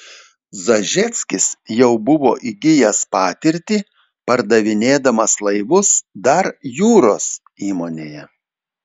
zažeckis jau buvo įgijęs patirtį pardavinėdamas laivus dar jūros įmonėje